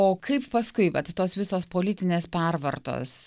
o kaip paskui vat tos visos politinės pervartos